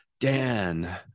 Dan